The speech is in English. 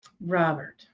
Robert